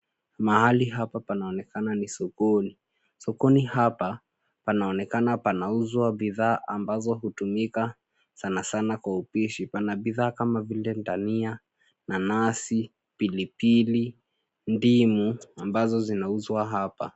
Mahali hapa panaonekana ni sokoni. Sokoni hapa panaonekana panauzwa bidhaa ambazo hutumika sana sana kwa upishi. Pana bidhaa kama vile dania, nanasi, pilipili ,ndimu ,ambazo zinazouzwa hapa.